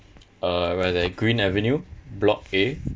uh we're at green avenue block A